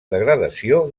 degradació